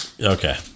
okay